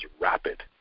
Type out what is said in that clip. rapid